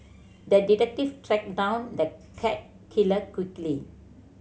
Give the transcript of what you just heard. the detective tracked down the cat killer quickly